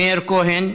מאיר כהן,